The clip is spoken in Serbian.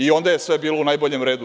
Onda je sve bilo u najboljem redu.